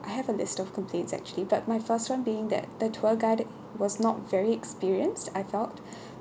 I have a list of complaints actually but my first one being that the tour guide was not very experienced I felt